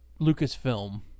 Lucasfilm